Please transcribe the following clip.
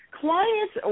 Clients